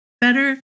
better